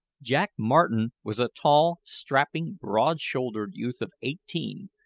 jack martin was a tall, strapping, broad-shouldered youth of eighteen,